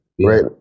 right